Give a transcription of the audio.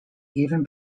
even